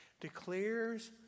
declares